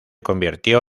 convirtió